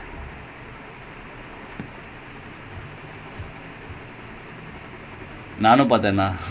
yesterday I watch the